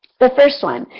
the first one,